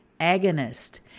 agonist